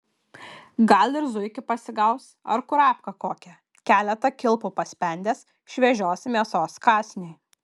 gal ir zuikį pasigaus ar kurapką kokią keletą kilpų paspendęs šviežios mėsos kąsniui